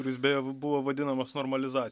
kuris beje buvo vadinamas normalizacija